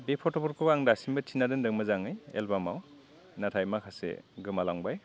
बे फट'फोरखौ आं दासिमबो थिना दोन्दों मोजाङै एलबामआव नाथाय माखासे गोमालांबाय